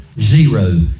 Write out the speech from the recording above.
Zero